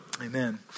Amen